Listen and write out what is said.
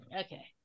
Okay